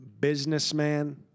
businessman